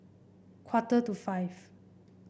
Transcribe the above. quarter to five